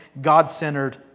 God-centered